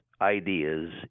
ideas